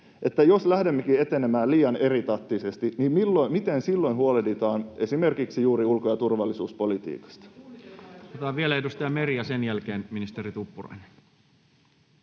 Jos lähdemmekin etenemään liian eritahtisesti, niin miten silloin huolehditaan esimerkiksi juuri ulko- ja turvallisuuspolitiikasta? [Speech 151] Speaker: Toinen